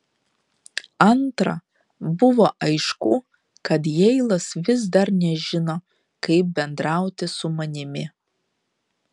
antra buvo aišku kad heilas vis dar nežino kaip bendrauti su manimi